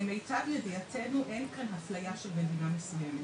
למיטב ידיעתנו אין כאן אפליה של מדינה מסוימת.